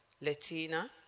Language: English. Latina